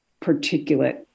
particulate